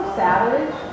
savage